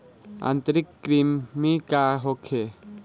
आंतरिक कृमि का होखे?